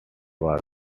was